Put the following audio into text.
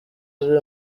ari